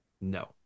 No